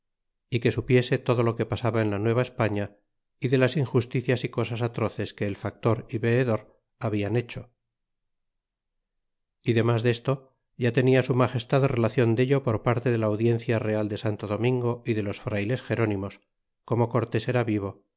y que supiese todo lo que pasaba en la nueva españa y de las injusticias y cosas atroces que el factor y veedor hablan hecho y demas desto ya tenia su magestad relacion dello por parte de la audiencia real de santo domingo y de los frayles gerónimos como cortés era vivo